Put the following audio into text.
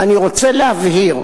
שמעתי היום הערות